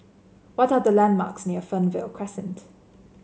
what are the landmarks near Fernvale Crescent